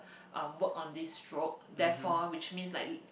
um work on this stroke therefore which means like